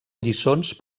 lliçons